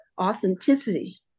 authenticity